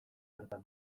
hartan